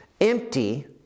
empty